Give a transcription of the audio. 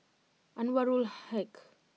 Anwarul Haque